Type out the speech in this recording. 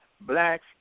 blacks